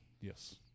Yes